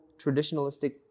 traditionalistic